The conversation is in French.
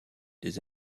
des